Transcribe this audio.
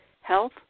Health